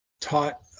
taught